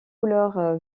couleur